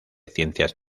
ciencias